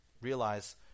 realize